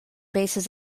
bases